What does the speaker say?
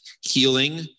Healing